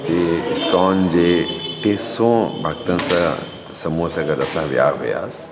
के इस्कॉन जे टे सौ भक्तनि स समूह सां गॾु असां विया हुयासीं